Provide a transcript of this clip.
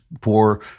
poor